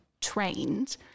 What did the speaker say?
trained